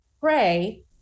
pray